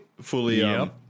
fully